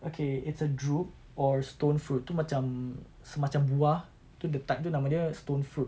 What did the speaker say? okay it's a drupe or stone fruit itu macam semacam buah itu the type dia nama dia stone fruit